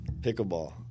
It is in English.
Pickleball